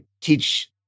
teach